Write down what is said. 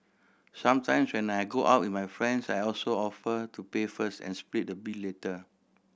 sometimes when I go out with my friends I also offer to pay first and split the bill later